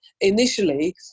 initially